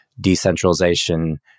decentralization